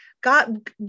god